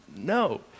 No